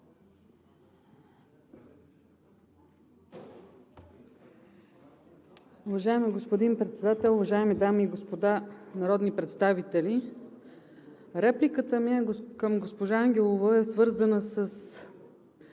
Уважаеми господин Председател, уважаеми дами и господа народни представители! Репликата ми към госпожа Ангелова е свързана с